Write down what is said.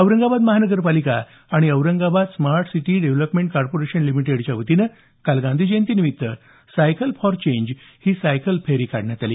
औरंगाबाद महानगरपालिका आणि Aurangabad smart city development corporation लिमिटेडच्या वतीनं गांधीजयंती निमित्त सायकल फॉर चेंज ही सायकल फेरी काढण्यात आली